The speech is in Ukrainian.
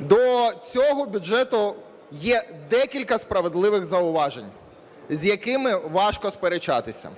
До цього бюджету є декілька справедливих зауважень, з якими важко сперечатися.